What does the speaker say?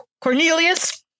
Cornelius